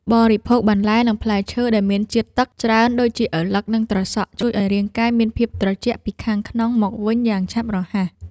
បរិភោគបន្លែនិងផ្លែឈើដែលមានជាតិទឹកច្រើនដូចជាឪឡឹកនិងត្រសក់ជួយឱ្យរាងកាយមានភាពត្រជាក់ពីខាងក្នុងមកវិញយ៉ាងឆាប់រហ័ស។